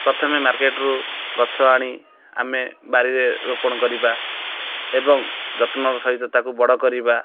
ପ୍ରଥମେ ମାର୍କେଟ୍ରୁ ଗଛ ଆଣି ଆମେ ବାରିରେ ରୋପଣ କରିବା ଏବଂ ଯତ୍ନର ସହିତ ତାକୁ ବଡ଼ କରିବା